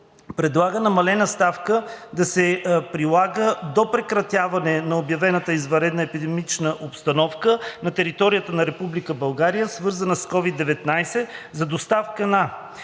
предлага намалената ставка да се прилага до прекратяване на обявената извънредна епидемична обстановка на територията на Република България, свързана с COVID-19, за доставката